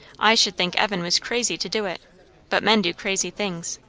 i should think evan was crazy to do it but men do crazy things.